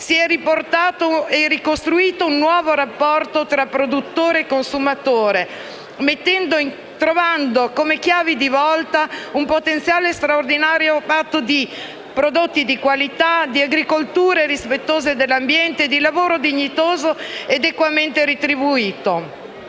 si è ricostruito un nuovo rapporto tra produttore e consumatore, trovando come chiave di volta un potenziale straordinario, fatto di prodotti di qualità, di agricolture rispettose dell'ambiente, di lavoro dignitoso ed equamente retribuito.